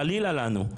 חלילה לנו.